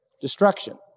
destruction